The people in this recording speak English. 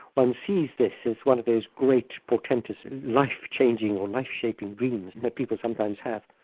um sees this as one of those great portentous life-changing or life-shaping dreams that people sometimes have,